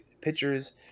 pictures